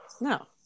No